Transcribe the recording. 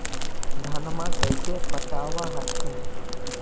धन्मा कैसे पटब हखिन?